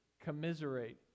commiserate